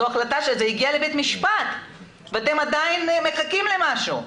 זה הגיע לבית המשפט ואתם עדיין מחכים למשהו.